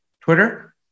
Twitter